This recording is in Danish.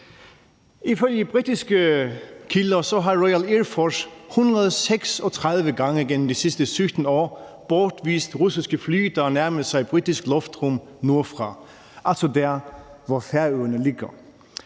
Ifølge britiske kilder har Royal Air Force 136 gange igennem de sidste 17 år bortvist russiske fly, der nærmede sig britisk luftrum nordfra, altså der, hvor Færøerne ligger.